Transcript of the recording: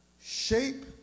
shape